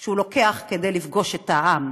שהוא לוקח כדי לפגוש את העם,